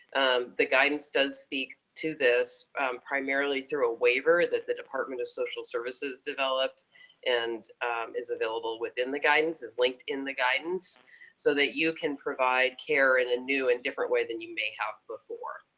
the guidance does speak to this primarily through a waiver that the department of social services developed and is available within the guidance and is linked in the guidance so that you can provide care in a new and different way than you may have before.